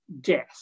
death